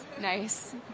nice